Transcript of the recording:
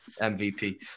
mvp